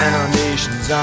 Foundations